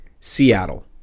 Seattle